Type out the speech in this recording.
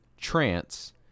trance